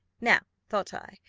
now, thought i,